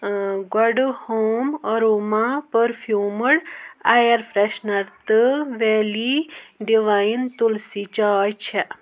ٲں good home aroma perfumed air freshener تہٕ valley divine Tulsi چاے چھِ